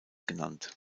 genannt